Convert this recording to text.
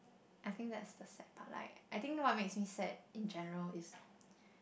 I think that's the sad part like I think what makes me sad in general is